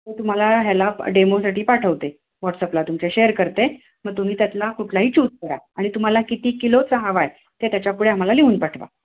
ते तुम्हाला ह्याला डेमोसाठी पाठवते वॉट्सअपला तुमच्या शेअर करते मग तुम्ही त्यातला कुठलाही चूज करा आणि तुम्हाला किती किलोचा हवा आहे ते त्याच्यापुढे आम्हाला लिहून पाठवा